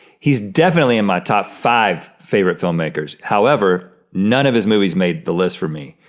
he's definitely in my top five favorite filmmakers. however, none of his movies made the list for me.